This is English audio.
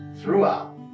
throughout